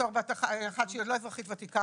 בתור אחת שהיא לא אזרחית ותיקה,